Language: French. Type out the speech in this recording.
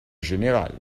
générale